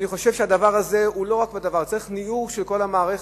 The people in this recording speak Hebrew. אני חושב שצריך ניעור של כל המערכת.